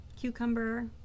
Cucumber